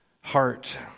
heart